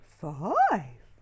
five